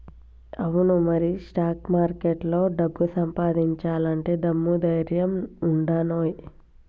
అవును మరి స్టాక్ మార్కెట్లో డబ్బు సంపాదించాలంటే దమ్ము ధైర్యం ఉండానోయ్